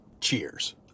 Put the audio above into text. Cheers